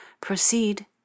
Proceed